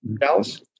Dallas